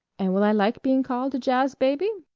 and will i like being called a jazz-baby?